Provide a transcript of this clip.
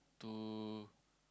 two